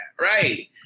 right